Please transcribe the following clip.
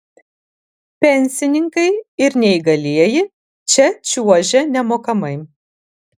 pensininkai ir neįgalieji čia čiuožia nemokamai